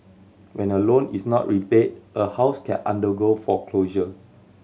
when a loan is not repaid a house can undergo foreclosure